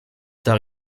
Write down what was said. tard